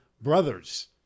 brothers